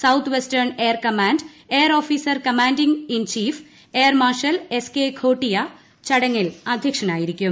south western air command air officer commanding in chief air marshal S K Ghotia ചടങ്ങിൽ അധ്യക്ഷനായിരിക്കും